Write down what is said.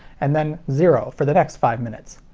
and then zero for the next five minutes.